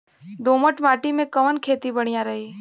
दोमट माटी में कवन खेती बढ़िया रही?